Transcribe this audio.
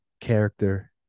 character